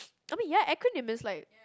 I mean ya acronym is like